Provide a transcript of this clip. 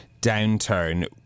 downturn